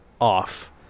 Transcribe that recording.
off